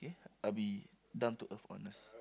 I'll be down to earth honest